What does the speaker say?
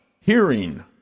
Hearing